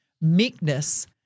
Meekness